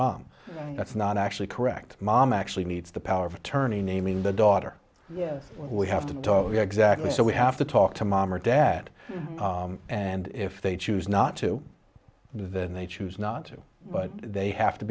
mom that's not actually correct mom actually needs the power of attorney naming the daughter yes we have to talk exactly so we have to talk to mom or dad and if they choose not to then they choose not to but they have to